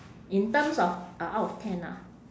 in terms of uh out of ten ah